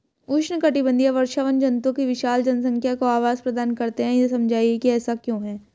उष्णकटिबंधीय वर्षावन जंतुओं की विशाल जनसंख्या को आवास प्रदान करते हैं यह समझाइए कि ऐसा क्यों है?